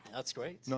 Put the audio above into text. that's great. so